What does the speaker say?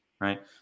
right